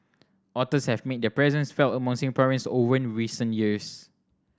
otters have made their presence felt among Singaporeans oven recent years